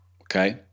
Okay